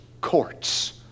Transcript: Courts